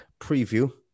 preview